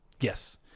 Yes